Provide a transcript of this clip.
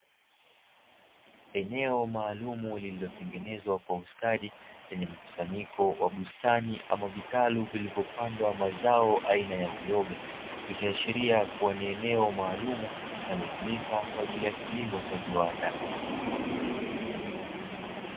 Eneo maalumu lililotengenezwa kwa ustadi, lenye mkusanyiko wa bustani ama vitalu vilivyopandwa mazao aina ya uyoga, likiashiria kuwa ni eneo maalumu linalotumika kwa ajili ya kilimo cha viwanda.